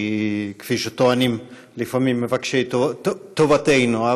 כפי שטוענים לפעמים מבקשי טובתנו.